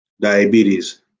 diabetes